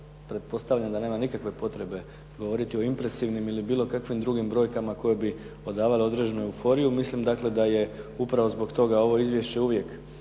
da nema nikakve potrebe govoriti o impresivnim ili bilo kakvim drugim brojkama koje bi odavale određenu euforiju. Mislim dakle da je upravo zbog toga ovo izvješće uvijek